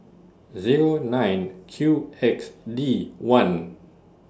Zero nine Q X D one